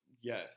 Yes